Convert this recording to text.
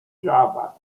java